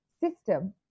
system